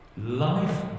Life